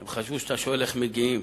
הם חשבו שאתה שואל איך מגיעים